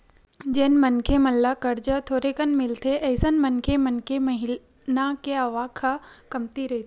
जेन मनखे मन ल करजा थोरेकन मिलथे अइसन मनखे मन के महिना के आवक ह कमती रहिथे